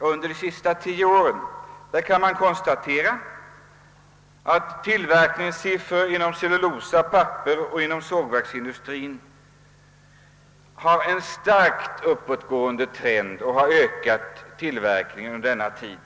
Man kan konstatera att under de senaste tio åren tillverkningen inom cellulosa-, pappersoch sågverksindustrien haft en starkt uppåtgående trend, att tillverkningen ökat under denna tid.